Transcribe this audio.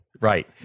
Right